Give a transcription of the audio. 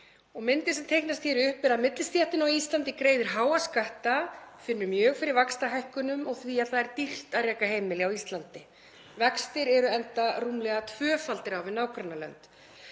myndin sem teiknast upp er að millistéttin á Íslandi greiðir háa skatta, finnur mjög fyrir vaxtahækkunum og því að það er dýrt að reka heimili á Íslandi. Vextir eru enda rúmlega tvöfaldir á við nágrannalönd.